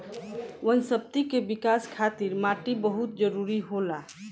वनस्पति के विकाश खातिर माटी बहुत जरुरी होला